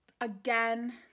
again